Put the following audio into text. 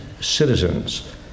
citizens